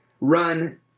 run